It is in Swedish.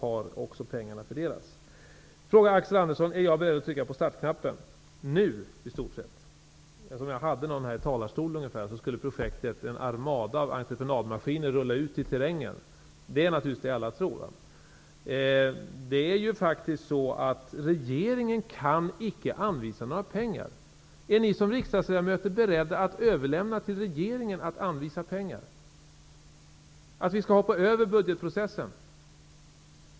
Axel Andersson frågade om jag är beredd att trycka på startknappen nu -- som om det hade funnits en sådan i talarstolen. Då skulle en armada av entreprenadmaskiner rulla ut i terrängen. Detta är naturligtvis vad alla tror. Men regeringen kan faktiskt inte anvisa några pengar. Är ni riksdagsledamöter beredda att överlåta på regeringen att anvisa pengar? Skall vi hoppa över budgetprocessen?